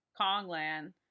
Kongland